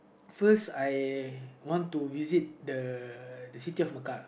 first I want to visit the the city of Mecca